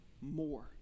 more